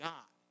God